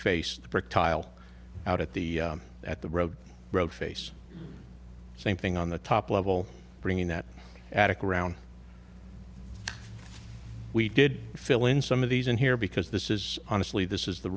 face the brick tile out at the at the road road face same thing on the top level bringing that attic around we did fill in some of these in here because this is honestly this is the